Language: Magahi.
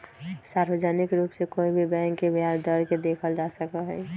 सार्वजनिक रूप से कोई भी बैंक के ब्याज दर के देखल जा सका हई